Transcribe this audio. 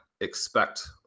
expect